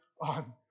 on